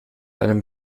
einem